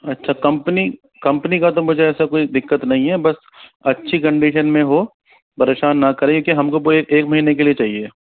अच्छा company company का तो मुझे ऐसा कोई दिक्कत नहीं है बस अच्छी कंडीशन में हो परेशान न करें कि हमको कोई एक महीने के लिए चाहिए